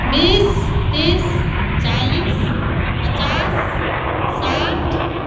बीस तीस चालिस पचास साठि